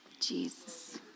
Jesus